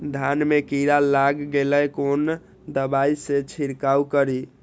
धान में कीरा लाग गेलेय कोन दवाई से छीरकाउ करी?